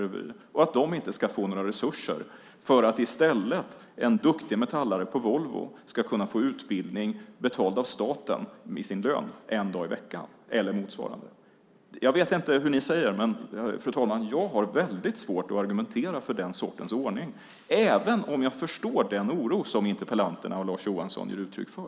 Risken är att de inte ska få några resurser för att en duktig metallare på Volvo i stället ska kunna få utbildning betald av staten i form av lön en dag i veckan eller motsvarande. Jag vet inte vad interpellanterna och Lars Johansson säger, men, fru talman, jag har väldigt svårt att argumentera för den sortens ordning, även om jag förstår den oro som interpellanterna och Lars Johansson ger uttryck för.